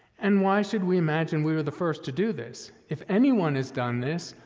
and why should we imagine we were the first to do this? if anyone has done this,